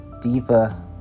diva